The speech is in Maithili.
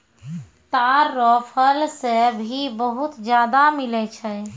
ताड़ रो फल से भी बहुत ज्यादा मिलै छै